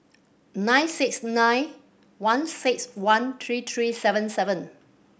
nine six nine one six one three three seven seven